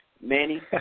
Manny